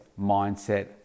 mindset